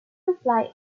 reply